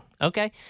Okay